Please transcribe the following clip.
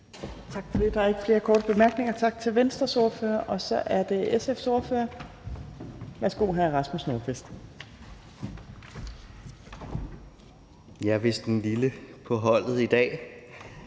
Tak for det. Der er ikke flere korte bemærkninger. Tak til Venstres ordfører. Så er det SF's ordfører. Værsgo, hr. Rasmus Nordqvist. Kl. 17:34 (Ordfører) Rasmus